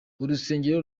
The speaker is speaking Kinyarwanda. urusengero